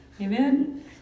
amen